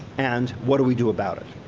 and what do we do about it?